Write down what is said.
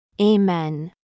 Amen